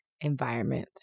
environment